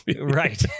right